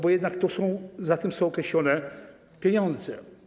Bo jednak stoją za tym określone pieniądze.